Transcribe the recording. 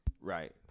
Right